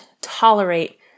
tolerate